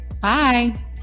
Bye